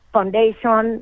Foundation